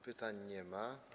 Pytań nie ma.